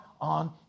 on